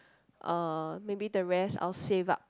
uh maybe the rest I will save up